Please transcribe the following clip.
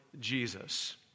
Jesus